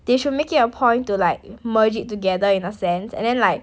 they should make it a point to like merge it together in a sense and then like